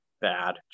bad